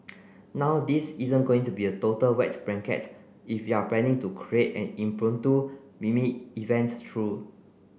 now this isn't going to be a total wet blanket if you're planning to create an impromptu meme event though